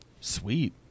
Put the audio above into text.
Sweet